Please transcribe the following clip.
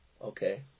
Okay